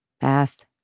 bath